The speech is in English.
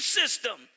system